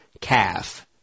calf